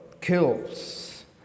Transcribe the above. kills